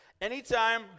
Anytime